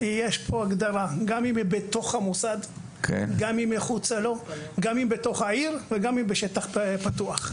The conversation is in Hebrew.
גם אם היא בתוך המוסד או מחוצה לו; גם אם היא בתוך העיר או בשטח פתוח.